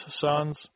sons